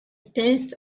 tenth